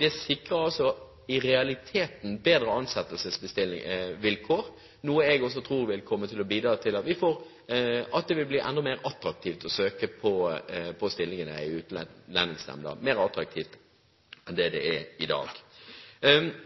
Det sikrer i realiteten bedre ansettelsesvilkår, noe jeg også tror vil bidra til at det vil bli enda mer attraktivt å søke på stillingene i Utlendingsnemnda enn det er i dag.